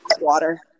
water